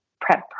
prep